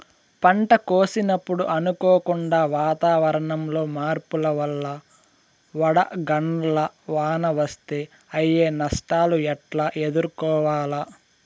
పంట కోసినప్పుడు అనుకోకుండా వాతావరణంలో మార్పుల వల్ల వడగండ్ల వాన వస్తే అయ్యే నష్టాలు ఎట్లా ఎదుర్కోవాలా?